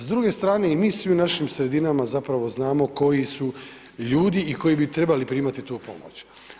S druge strane i mi svi u našim sredinama zapravo znamo koji su ljudi i koji bi trebali primati tu pomoć.